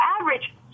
average